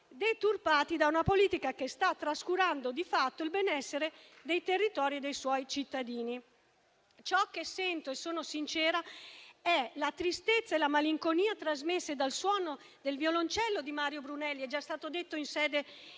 deturpati da una politica che sta trascurando di fatto il benessere dei territori e dei suoi cittadini. Ciò che sento, e sono sincera, è la tristezza e la malinconia trasmesse dal suono del violoncello di Mario Brunelli, come è già stato detto in sede